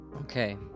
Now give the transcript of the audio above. Okay